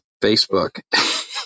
Facebook